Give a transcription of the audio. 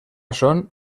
són